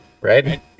Right